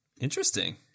interesting